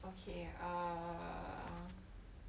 okay err